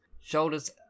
shoulders